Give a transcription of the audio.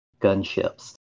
gunships